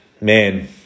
man